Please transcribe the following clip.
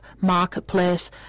Marketplace